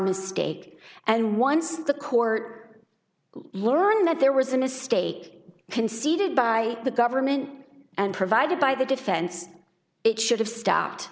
mistakes and once the court learned that there was a mistake conceded by the government and provided by the defense it should have stopped